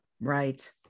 Right